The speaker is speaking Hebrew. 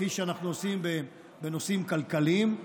כפי שאנחנו עושים בנושאים כלכליים,